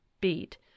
beat